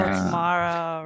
tomorrow